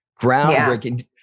groundbreaking